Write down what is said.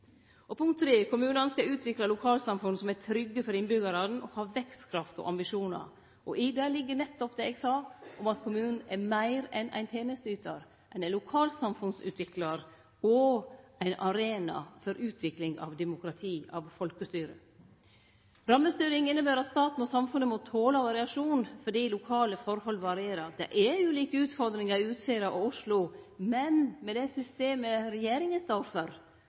Kommunane skal utvikle lokalsamfunn som er trygge for innbyggjarane og har vekstkraft og ambisjonar. I det ligg nettopp det eg sa om at kommunen er meir enn ein tenesteytar. Han er lokalsamfunnsutviklar og ein arena for utvikling av demokrati – av folkestyre. Rammestyring inneber at staten og samfunnet må tole variasjon fordi lokale forhold varierer. Det er ulike utfordringar i Utsira og i Oslo, men med det systemet regjeringa står for,